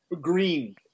Green